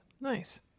nice